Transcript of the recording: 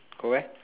go where